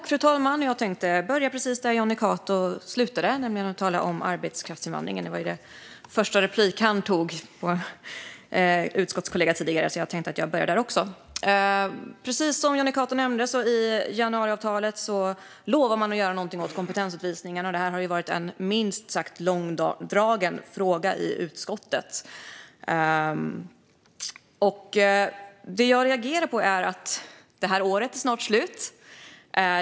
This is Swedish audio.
Fru talman! Jag tänkte börja precis där Jonny Cato slutade, nämligen med att tala om arbetskraftsinvandringen. Den första replik han tog på en utskottskollega tidigare handlade ju om detta, så jag tänkte att jag också skulle börja där. Precis som Jonny Cato nämnde lovade man i januariavtalet att göra någonting åt kompetensutvisningarna. Detta har varit en minst sagt långdragen fråga i utskottet. Det här året är snart slut.